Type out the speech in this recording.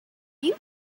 you